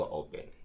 open